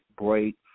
break